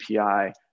API